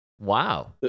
Wow